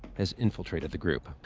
has infiltrated the group.